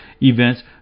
events